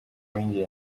w’ingenzi